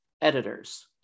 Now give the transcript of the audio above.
editors